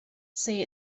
say